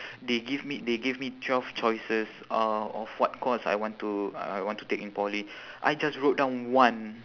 they give me they gave me twelve choices uh of what course I want to uh I want to take in poly I just wrote down one